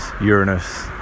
Uranus